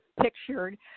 pictured